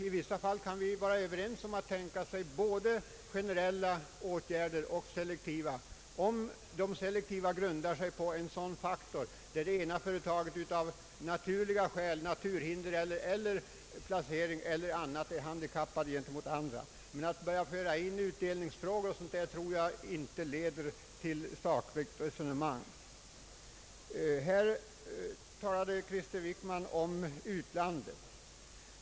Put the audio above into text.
I vissa fall kan man tänka sig både generella åtgärder och selektiva, nämligen om de selektiva grundar sig på att det ena företaget av naturliga skäl — naturhinder, geografisk placering, etc. — är handikappat gentemot andra. Men enligt min mening för man inte ett sakligt resonemang om man blandar in utdelningsfrågor i dessa avgöranden. Statsrådet Krister Wickman talade om utlandet.